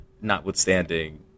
notwithstanding